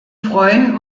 freuen